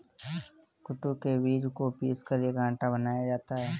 कूटू के बीज को पीसकर एक आटा बनाया जाता है